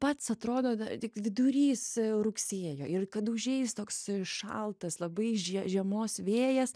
pats atrodo da tik vidurys rugsėjo ir kad užeis toks šaltas labai žie žiemos vėjas